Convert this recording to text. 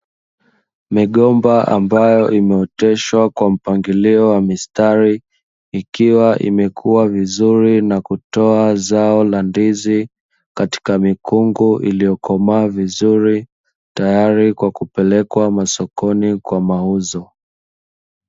Migomba ambayo imeoteshwa kwa mpangilio wa mistari ikiwa imekua vizuri na kutoa zao la ndizi katika mikungu iliyokomaa vizuri, tayari kwa kupelekwa masokoni kwa mauzo.